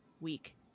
week